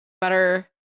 better